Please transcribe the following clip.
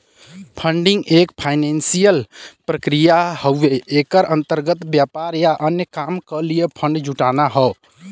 funding एक financial प्रक्रिया हउवे एकरे अंतर्गत व्यापार या अन्य काम क लिए फण्ड जुटाना हौ